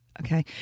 okay